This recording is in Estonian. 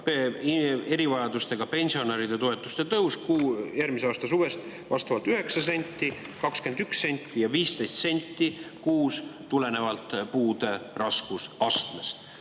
ka erivajadustega pensionäride toetuste tõus järgmise aasta suvest vastavalt 9 senti, 21 senti ja 15 senti kuus tulenevalt puude raskusastmest.